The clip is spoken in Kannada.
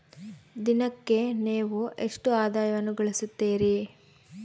ದಿನಕ್ಕೆ ನೇವು ಎಷ್ಟು ಆದಾಯವನ್ನು ಗಳಿಸುತ್ತೇರಿ?